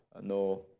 no